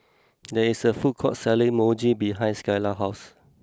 there is a food court selling Mochi behind Skyla's house